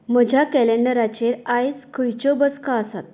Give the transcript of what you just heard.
म्हज्या कॅलंडराचेर आयज खंयच्यो बसका आसात